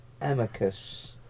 amicus